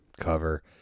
cover